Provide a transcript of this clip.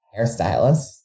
hairstylist